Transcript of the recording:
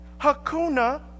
Hakuna